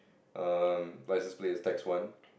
um one